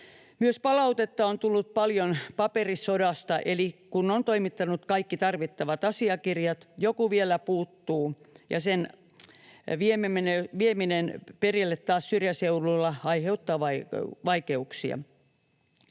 Palautetta on tullut paljon myös paperisodasta, eli kun on toimittanut kaikki tarvittavat asiakirjat ja joku vielä puuttuu, sen vieminen perille taas syrjäseudulla aiheuttaa vaikeuksia.